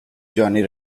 johnny